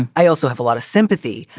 and i also have a lot of sympathy.